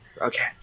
Okay